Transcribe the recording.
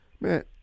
Man